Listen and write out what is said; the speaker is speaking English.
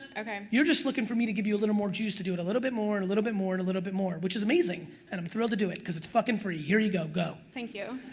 i mean you're just looking for me to give you a little more juice to do it a little bit more, and a little bit more, and a little bit more, which is amazing, and i'm thrilled to do it, cause it's fuckin free. here you go, go! thank you.